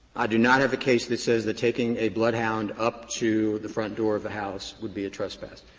i do not have a case that says that taking a bloodhound up to the front door of a house would be a trespass.